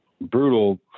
brutal